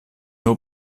nur